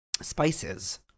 spices